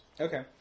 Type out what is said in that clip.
Okay